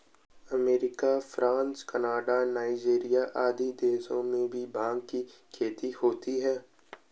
America, France, Canada, Nigeria आदि देशों में भी भाँग की खेती होती है